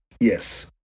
Yes